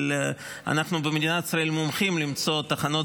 אבל אנחנו במדינת ישראל מומחים למצוא תחנות